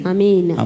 Amen